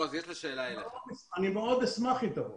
אני אשמח מאוד אם תבוא.